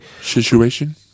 Situation